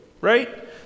right